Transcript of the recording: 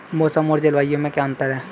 मौसम और जलवायु में क्या अंतर?